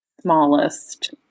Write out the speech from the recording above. smallest